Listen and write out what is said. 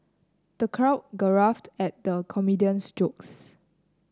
the crowd guffawed at the comedian's jokes